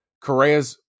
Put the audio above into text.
Correa's